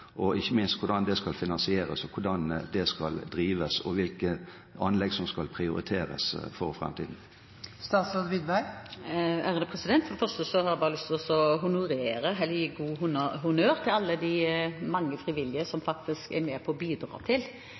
og ikke minst hvordan det skal finansieres, hvordan det skal drives, og hvilke anlegg som skal prioriteres for framtiden? For det første har jeg bare lyst til å gi honnør til alle de mange frivillige som faktisk er med på å bidra,